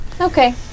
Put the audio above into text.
Okay